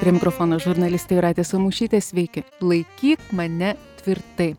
prie mikrofono žurnalistė jūratė samušytė sveiki laikyk mane tvirtai